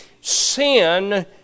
Sin